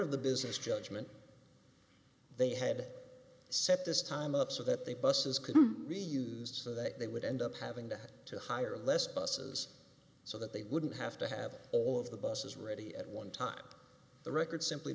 of the business judgment they had set this time up so that the buses could be used for that they would end up having to have to hire less busses so that they wouldn't have to have all of the buses ready at one time the record simply